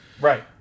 right